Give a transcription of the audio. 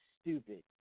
stupid